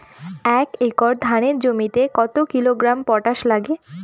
এক একর ধানের জমিতে কত কিলোগ্রাম পটাশ লাগে?